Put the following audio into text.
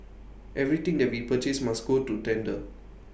everything that we purchase must go to tender